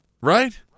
Right